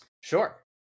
Sure